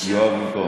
יואב במקום.